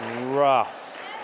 rough